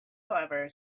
however